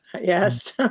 Yes